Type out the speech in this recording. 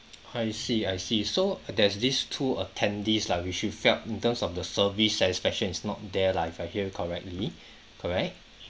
I see I see so there's this two attendees lah which you felt in terms of the service satisfaction is not there lah if I hear you correctly correct